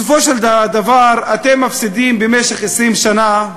שבסופו של דבר אתם מפסידים במשך 20 שנה,